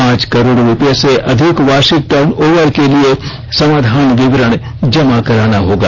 पांच करोड़ रुपये से अधिक वार्षिक टर्न ओवर के लिये समाधान विवरण जमा कराना होगा